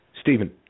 Stephen